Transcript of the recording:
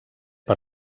per